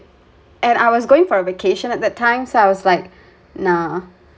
and I was going for a vacation at that time so I was like nah